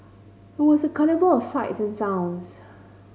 was a carnival of sights and sounds